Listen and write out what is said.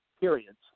periods